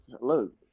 look